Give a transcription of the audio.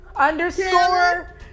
Underscore